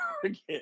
forget